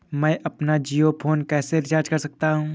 मैं अपना जियो फोन कैसे रिचार्ज कर सकता हूँ?